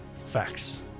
facts